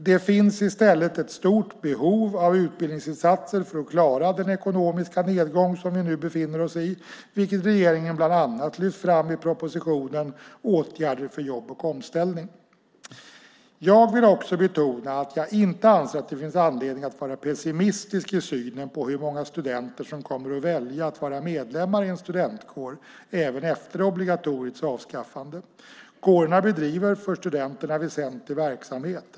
Det finns i stället ett stort behov av utbildningsinsatser för att klara den ekonomiska nedgång som vi nu befinner oss i, vilket regeringen bland annat lyft fram i propositionen Åtgärder för jobb och omställning . Jag vill också betona att jag inte anser att det finns anledning att vara pessimistisk i synen på hur många studenter som kommer att välja att vara medlemmar i en studentkår även efter obligatoriets avskaffande. Kårerna bedriver för studenterna väsentlig verksamhet.